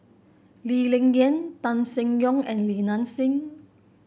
Lee Ling Yen Tan Seng Yong and Li Nanxing